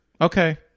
Okay